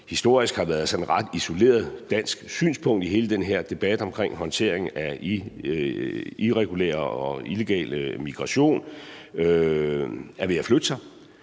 historisk har været et ret isoleret dansk synspunkt i hele den her debat om håndtering af irregulær og illegal migration, og at det er ved at flytte sig.